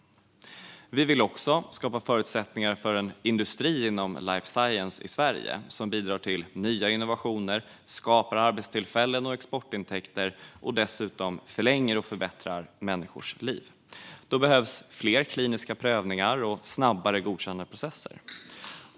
Vi vill också skapa förutsättningar för en industri inom life science i Sverige som bidrar till nya innovationer, skapar arbetstillfällen och exportintäkter och dessutom förlänger och förbättrar människors liv. Då behövs fler kliniska prövningar och snabbare godkännandeprocesser.